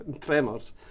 Tremors